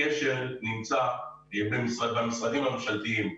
הכשל נמצא במשרדים הממשלתיים.